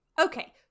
Okay